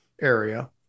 area